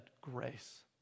grace